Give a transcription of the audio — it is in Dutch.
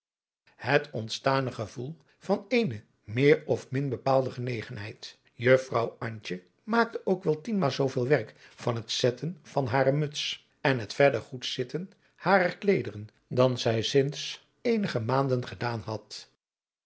het ontstane gevoel van eene meer of min bepaalde genegenheid juffrouw antje maakte ook wel tienmaal zooveel werk van het zetten van hare muts en het verder goed zitten harer kleederen dan zij sinds adriaan loosjes pzn het leven van johannes wouter blommesteyn eenige maanden gedaan had